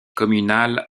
communale